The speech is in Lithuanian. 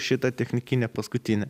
šita technikinė paskutinė